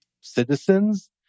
citizens